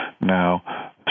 now